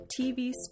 TV